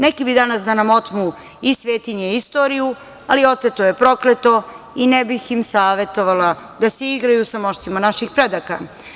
Neki bi danas da nam otmu i svetinje i istoriju, ali oteto je prokleto i ne bih im savetovala da se igraju sa moštima naših predaka.